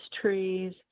trees